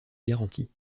garantie